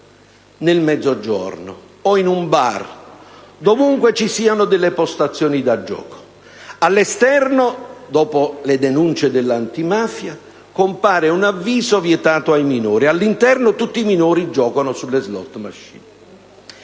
nel Mezzogiorno o in un bar, dovunque ci siano delle postazioni da gioco. All'esterno, dopo le denunce dell'Antimafia, compare un avviso: «Vietato ai minori»; all'interno, tutti quelli che giocano sulle *slot machines*